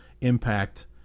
impact